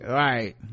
right